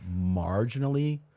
marginally